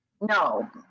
No